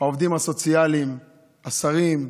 העובדים הסוציאליים, השרים,